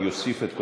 אני אוסיף את קולך,